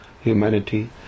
humanity